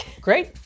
Great